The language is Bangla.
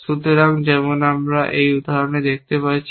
সুতরাং যেমন আপনি এই উদাহরণে দেখতে পাচ্ছেন